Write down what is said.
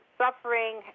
suffering